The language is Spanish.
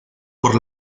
por